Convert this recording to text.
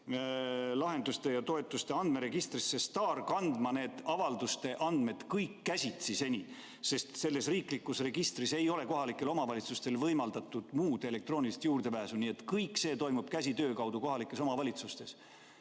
IT-lahendustega toetuste andmeregistrisse STAR kandma kõik avalduste andmed käsitsi, sest sellesse riiklikusse registrisse ei ole kohalikele omavalitsustele võimaldatud muud elektroonilist juurdepääsu. Nii et kõik see toimub käsitsitöö abil kohalikes omavalitsustes. Piiratud